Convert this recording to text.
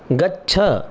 गच्छ